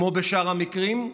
כמו בשאר המקרים?